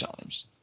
Times